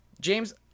James